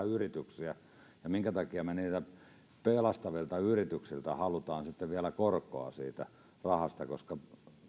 yrityksiä ja minkä takia me niiltä pelastettavilta yrityksiltä haluamme sitten vielä korkoa siitä rahasta koska